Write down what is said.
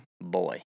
boy